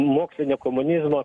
mokslinio komunizmo